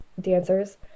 dancers